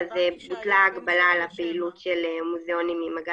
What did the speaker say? בוטלה ההגבלה לפעילות של מוזיאונים למדע